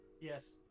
Yes